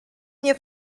nie